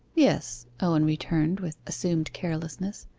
yes, owen returned with assumed carelessness,